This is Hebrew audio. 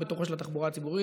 ובתוכו של התחבורה הציבורית,